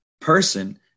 person